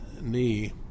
knee